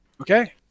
Okay